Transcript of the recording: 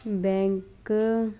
bank